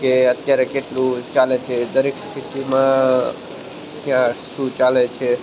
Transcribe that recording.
કે અત્યારે કેટલું ચાલે છે દરેક સિટીમાં ક્યાં શું ચાલે છે